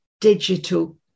digital